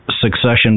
succession